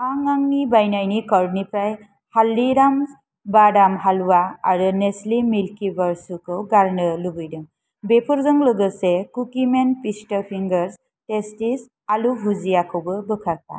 आं आंनि बायनायनि कार्टनिफ्राय हालदिराम्स बादाम हाल्वा आरो नेस्ले मिल्किबार्सखौ गारनो लुबैदों बेफोरजों लोगोसे कुकिमेन पिस्ता फिंगार्स टेस्टिस आलु भुजियाखौबो बोखारफा